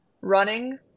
running